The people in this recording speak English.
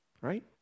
right